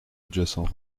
adjacents